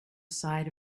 side